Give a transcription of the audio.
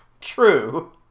True